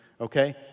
okay